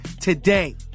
today